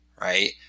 Right